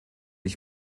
ich